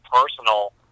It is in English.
personal